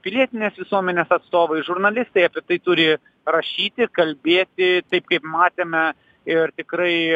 pilietinės visuomenės atstovai žurnalistai apie tai turi rašyti ir kalbėti taip kaip matėme ir tikrai